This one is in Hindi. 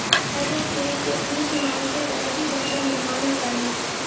हर एक देश की अपनी सीमाओं के तहत ही धन का निर्माण होता है